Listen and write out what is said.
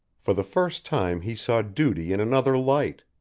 for the first time he saw duty in another light.